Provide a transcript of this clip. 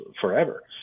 forever